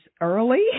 early